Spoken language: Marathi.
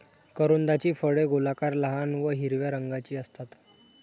करोंदाची फळे गोलाकार, लहान व हिरव्या रंगाची असतात